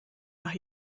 nach